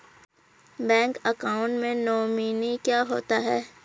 Bank account में nominee क्या होता है?